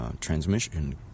transmission